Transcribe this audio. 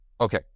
Okay